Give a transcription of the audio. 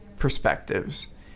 perspectives